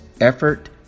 Effort